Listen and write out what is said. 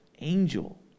angel